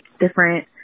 different